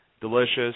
delicious